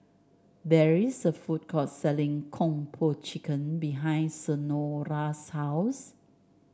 there is a food court selling Kung Po Chicken behind Senora's house